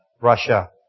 Russia